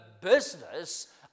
business